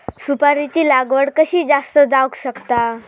सुपारीची लागवड कशी जास्त जावक शकता?